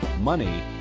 money